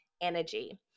energy